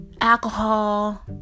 alcohol